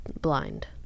Blind